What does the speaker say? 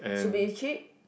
should be cheap